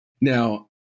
Now